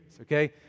okay